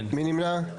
מי נמנע?